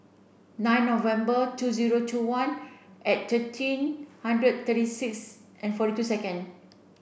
nine November two zero two one at thirteen hundred tirty six and forty two second